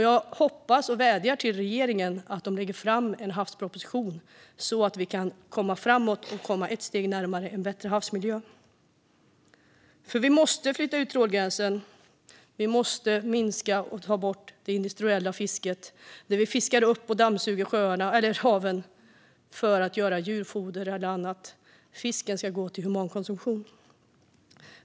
Jag hoppas att regeringen lägger fram en havsproposition - jag vädjar till den att göra det - så att vi kan komma framåt och ta ett steg närmare en bättre havsmiljö. Vi måste nämligen flytta ut trålgränsen, och vi måste ta bort det industriella fiske där vi dammsuger haven för att göra djurfoder eller annat. Fisken ska gå till humankonsumtion.